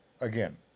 Again